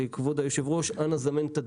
כבוד היושב-ראש, אנא זמן את הדיון.